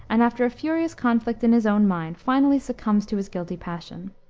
and, after a furious conflict in his own mind, finally succumbs to his guilty passion.